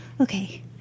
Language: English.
Okay